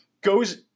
goes